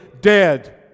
dead